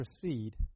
proceed